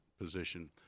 position